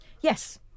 Yes